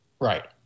right